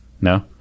No